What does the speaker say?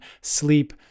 sleep